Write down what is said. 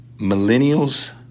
millennials